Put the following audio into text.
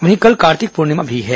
वहीं कल कार्तिक पूर्णिमा भी है